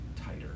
tighter